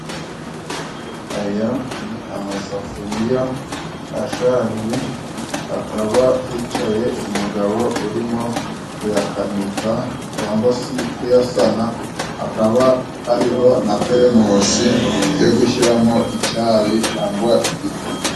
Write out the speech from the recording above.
Aya ni amasafuriya ashaje, hakaba hicaye umugabo urimo kuyakanika cyangwa se kuyasana hakaba hariho na teremosi yo gushyiramo icyayi cangwa igikoma.